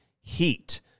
Heat